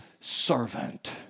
servant